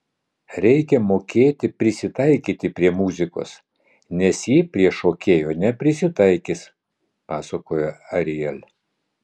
reikia mokėti prisitaikyti prie muzikos nes ji prie šokėjo neprisitaikys pasakoja ariel